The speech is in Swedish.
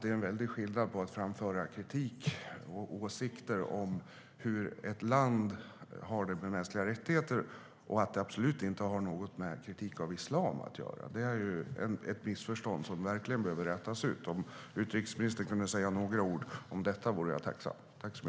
Det är en väldig skillnad på att framföra kritik mot och åsikter om hur ett land har det med mänskliga rättigheter och att framföra kritik mot islam. Det här har absolut inte något med det att göra. Det är ett missförstånd som verkligen behöver redas ut. Om utrikesministern kunde säga några ord om detta vore jag tacksam.